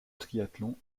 triathlon